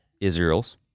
Israel's